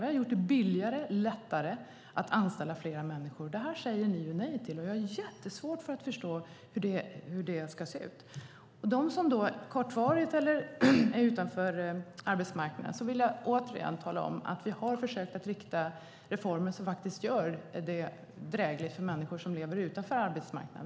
Vi har gjort det billigare och lättare att anställa fler människor. Detta säger ni nej till. Jag har mycket svårt att förstå det. Vi har försökt med riktade reformer som faktiskt gör det drägligt för människor som står utanför arbetsmarknaden.